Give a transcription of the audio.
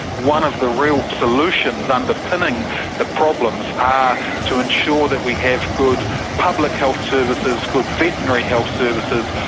one of the real solutions underpinning the problems are to ensure that we have good public health services, good veterinary health services,